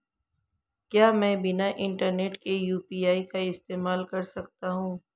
क्या मैं बिना इंटरनेट के यू.पी.आई का इस्तेमाल कर सकता हूं?